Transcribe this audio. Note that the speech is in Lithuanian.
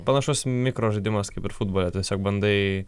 panašus mikrožaidimas kaip ir futbole tiesiog bandai